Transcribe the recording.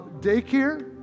daycare